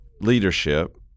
leadership